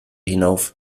hinauf